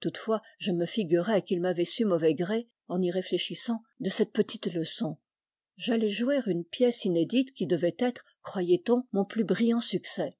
toutefois je me figurai qu'il m'avait su mauvais gré en y réfléchissant de cette petite leçon j'allais jouer une pièce inédite qui devait être croyait-on mon plus brillant succès